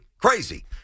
crazy